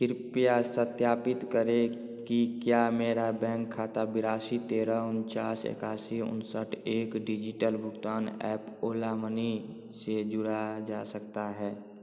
कृपया सत्यापित करें कि क्या मेरा बैंक खाता बयासी तेरह उनचास इक्यासी उनसठ एक डिजिटल भुगतान ऐप ओला मनी से जुड़ा जा सकता है